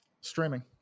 Streaming